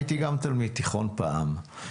הייתי גם תלמיד תיכון פעם,